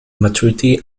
maturity